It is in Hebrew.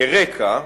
כרקע,